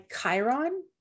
Chiron